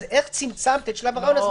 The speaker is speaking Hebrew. אז איך צמצמת את שלב הראיונות,